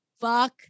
fuck